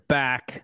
back